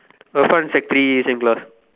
Irfan sec three same class